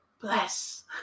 bless